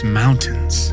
mountains